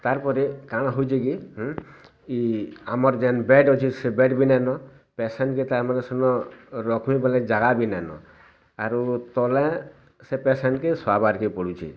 ତା'ପରେ କାଣ ହେଉଛି କି ଇ ଆମର ଯେନ୍ ବେଡ଼୍ ଅଛି ସେ ବେଡ଼୍ ବି ନେନୋ ପେସେଣ୍ଟ ଯିଏ ତା' ଆମର ସୁନ ରଖିବା ବୋଲେ ଜାଗା ବି ନାନୋ ଆରୁ ତଲେ ସେ ପେସେଣ୍ଟ କି ଶୁଆବାର କେ ପଡ଼ୁଛି